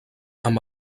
amb